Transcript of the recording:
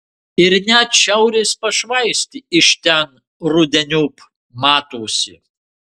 ir net šiaurės pašvaistė iš ten rudeniop matosi